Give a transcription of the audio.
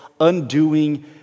undoing